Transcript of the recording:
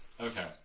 Okay